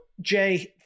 Jay